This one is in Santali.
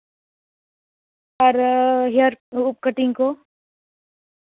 ᱟᱨ ᱦᱮᱭᱟᱨ ᱩᱵ ᱠᱟᱴᱤᱱ ᱠᱚ